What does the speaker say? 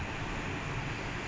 ya